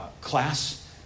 class